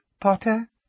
Potter